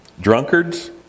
Drunkards